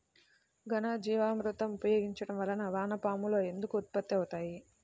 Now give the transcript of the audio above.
ఘనజీవామృతం ఉపయోగించటం వలన వాన పాములు ఎందుకు ఉత్పత్తి అవుతాయి?